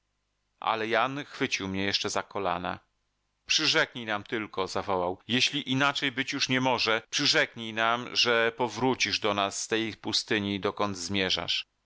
ale jan chwycił mnie jeszcze za kolana przyrzeknij nam tylko zawołał jeśli inaczej być już nie może przyrzeknij nam że powrócisz do nas z tej pustyni dokąd zmierzasz